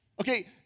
Okay